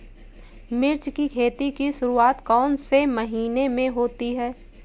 मिर्च की खेती की शुरूआत कौन से महीने में होती है?